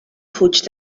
fuig